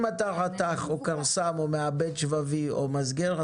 אם אתה רתך או מעבד שבבים או מסגר,